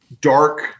dark